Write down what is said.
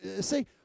See